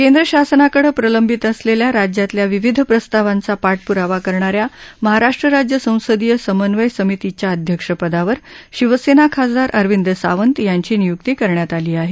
केंद्र शासनाकडे प्रलंबित असलेल्या राज्यातल्या विविध प्रस्तावांचा पाठपुरावा करणाऱ्या महाराष्ट्र राज्य संसदीय समन्वय समितीच्या अध्यक्षपदावर शिवसेना खासदार अरविंद सावंत यांची नियुक्ती करण्यात आली आहे